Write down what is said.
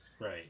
Right